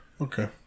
Okay